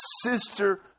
sister